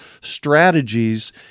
strategies